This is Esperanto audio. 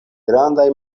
grandaj